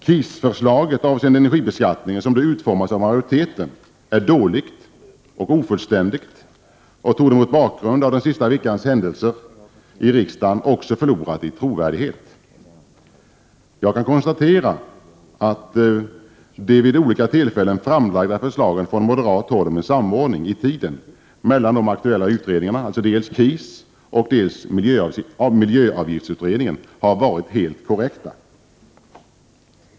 KIS-förslaget avseende energibeskattningen, som detta har utformats av majoriteten, är dåligt och ofullständigt och torde mot bakgrund av den senaste veckans händelser i riksdagen också ha förlorat i trovärdighet. Jag kan konstatera att de vid olika tillfällen framlagda förslagen från moderat håll om en samordning i tiden mellan de aktuella utredningarna har varit helt korrekta. Det handlar då om dels KIS, dels miljöavgiftsutredningen.